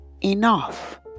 enough